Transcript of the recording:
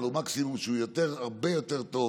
אבל הוא מקסימום שהוא הרבה יותר טוב